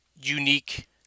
unique